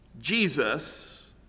Jesus